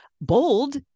bold